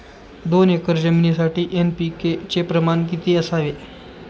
दोन एकर जमिनीसाठी एन.पी.के चे प्रमाण किती असावे?